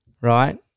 right